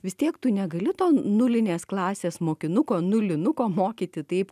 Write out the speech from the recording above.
vis tiek tu negali to nulinės klasės mokinuko nulinuko mokyti taip